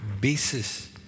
basis